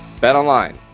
BetOnline